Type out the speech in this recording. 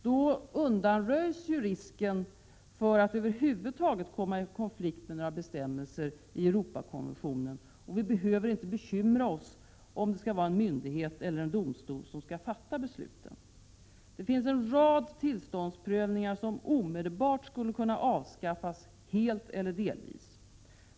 Då undanröjs ju risken att över huvud taget komma i konflikt med några bestämmelser i Europakonventionen, och vi behöver inte bekymra oss om huruvida det skall vara en myndighet eller en domstol som skall fatta besluten. Det finns en rad tillståndsprövningar som omedelbart skulle kunna avskaffas helt eller delvis.